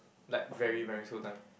like very primary school time